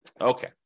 Okay